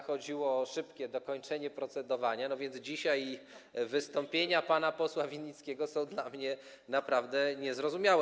Chodziło o szybkie dokończenie procedowania, więc dzisiaj wystąpienia pana posła Winnickiego są dla mnie naprawdę niezrozumiałe.